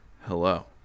Hello